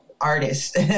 artist